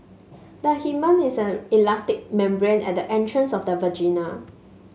the hymen is an elastic membrane at the entrance of the vagina